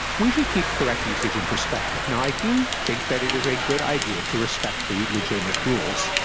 we should keep correct usage in perspective. now, i do think that it is a good idea to respect the legitimate rules.